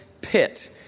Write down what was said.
pit